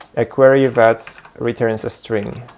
a query that returns a string.